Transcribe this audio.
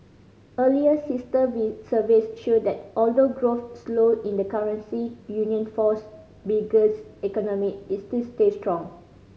earlier sister surveys showed that although growth slowed in the currency union fours biggest economic it still stayed strong